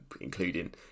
including